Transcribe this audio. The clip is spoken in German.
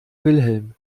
wilhelm